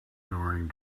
during